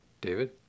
David